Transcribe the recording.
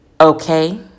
okay